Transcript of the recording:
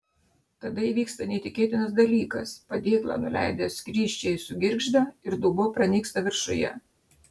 tada įvyksta neįtikėtinas dalykas padėklą nuleidę skrysčiai sugirgžda ir dubuo pranyksta viršuje